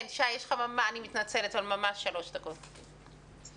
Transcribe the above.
יש לך שלוש דקות, בבקשה.